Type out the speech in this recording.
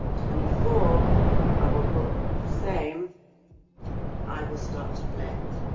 twenty four i will put the same and i will start to blend.